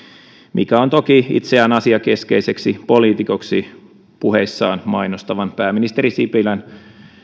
mikä on tosin itseään asiakeskeiseksi poliitikoksi puheissaan mainostavan pääministeri sipilän